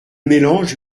mélange